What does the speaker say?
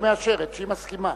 היא מאשרת שהיא מסכימה.